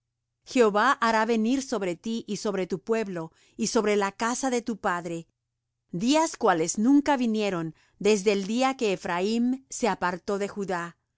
jehová hará venir sobre ti y sobre tu pueblo y sobre la casa de tu padre días cuales nunca vinieron desde el día que ephraim se apartó de judá